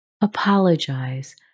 Apologize